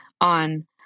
on